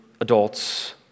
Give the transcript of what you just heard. adults